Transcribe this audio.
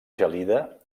gelida